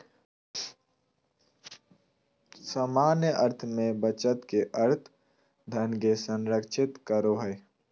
सामान्य अर्थ में बचत के अर्थ धन के संरक्षित करो हइ